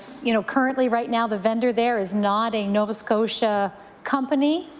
you know, currently right now the vendor there is not a nova scotia company.